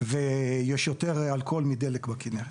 ויש יותר אלכוהול מדלק בכינרת.